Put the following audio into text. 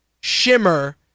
Shimmer